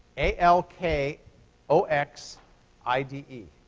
a l k o x i d e,